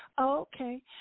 Okay